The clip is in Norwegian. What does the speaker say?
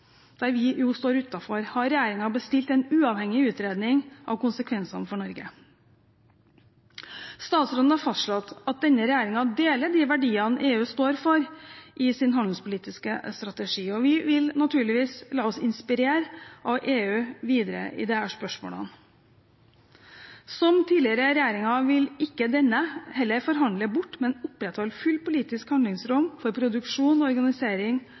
der vi jo står utenfor, har regjeringen bestilt en uavhengig utredning av disse. Statsråden har fastslått at denne regjeringen deler de verdiene EU står for i sin handelspolitiske strategi, og vi vil naturligvis la oss inspirere av EU videre i disse spørsmålene. Som tidligere regjeringer vil ikke denne heller forhandle bort, men opprettholde fullt politisk handlingsrom for produksjon og organisering